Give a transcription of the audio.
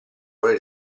voler